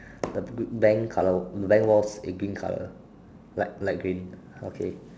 the b~ bank colour the bank walls is green colour light light green okay